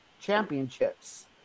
championships